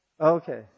Okay